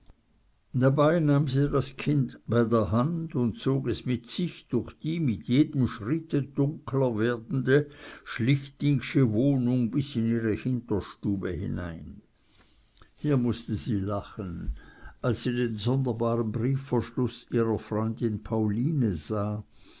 dabei nahm sie das kind bei der hand und zog es mit sich durch die mit jedem schritte dunkler werden de schlichtingsche wohnung bis in ihre hinterstube hinein hier mußte sie lachen als sie den sonderbaren briefverschluß ihrer freundin pauline sah